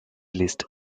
list